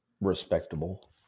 respectable